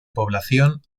población